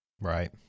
right